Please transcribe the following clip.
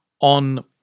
on